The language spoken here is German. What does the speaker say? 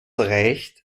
reicht